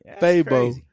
Fabo